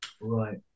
Right